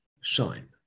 shine